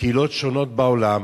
מקהילות שונות בעולם,